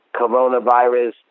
coronavirus